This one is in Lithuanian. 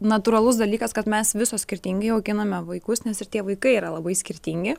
natūralus dalykas kad mes visos skirtingai auginame vaikus nes ir tie vaikai yra labai skirtingi